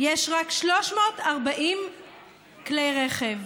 יש רק 340 כלי רכב.